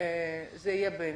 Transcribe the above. זה יהיה בהמשך.